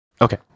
Okay